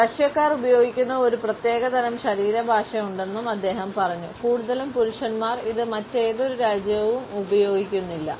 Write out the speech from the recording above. റഷ്യക്കാർ ഉപയോഗിക്കുന്ന ഒരു പ്രത്യേക തരം ശരീരഭാഷയുണ്ടെന്നും അദ്ദേഹം പറഞ്ഞു കൂടുതലും പുരുഷന്മാർ ഇത് മറ്റേതൊരു രാജ്യവും ഉപയോഗിക്കുന്നില്ല